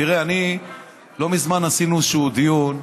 תראה, לא מזמן עשינו איזשהו דיון,